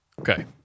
Okay